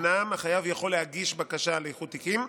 אומנם החייב יכול להגיש בקשה לאיחוד תיקים,